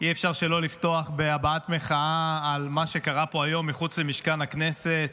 אי-אפשר שלא לפתוח בהבעת מחאה על מה שקרה פה היום מחוץ למשכן הכנסת.